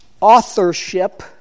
authorship